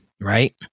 right